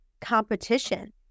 competition